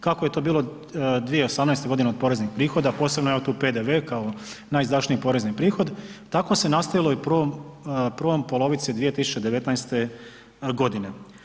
Kako je to bilo 2018. godine od poreznih prihoda, posebno evo tu PDV kao najizdašniji porezni prihod, tako se nastavilo i u prvoj polovici 2019. godine.